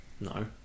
No